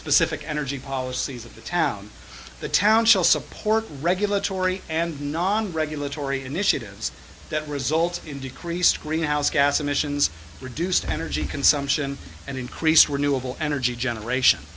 specific energy policies of the town the town shall support regulatory and non regulatory initiatives that result in decreased greenhouse gas emissions reduced energy consumption and increased were new of all energy generation